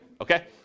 Okay